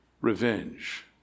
revenge